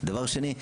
דבר שני,